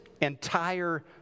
entire